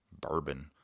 bourbon